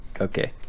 okay